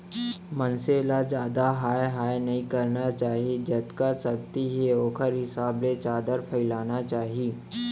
मनसे ल जादा हाय हाय नइ करना चाही जतका सक्ति हे ओखरे हिसाब ले चादर फइलाना चाही